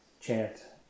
chant